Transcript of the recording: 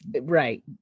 right